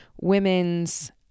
women's